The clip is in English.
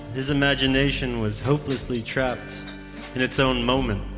his imagination was hopelessly trapped in its own moment,